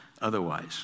otherwise